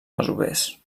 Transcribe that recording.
masovers